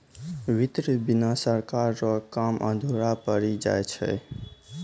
वित्त बिना सरकार रो काम अधुरा पड़ी जाय छै